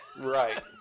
Right